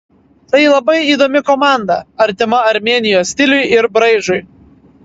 tai labai įdomi komanda artima armėnijos stiliui ir braižui